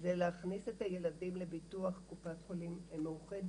זה להכניס את הילדים לביטוח קופת חולים מאוחדת,